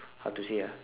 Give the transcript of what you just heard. how to say ah